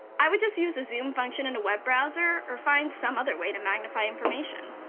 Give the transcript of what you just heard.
i would just use the zoom function in a web browser or find some other way to magnify information.